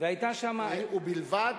ובלבד